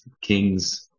kings